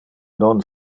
non